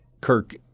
Kirk